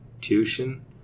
tuition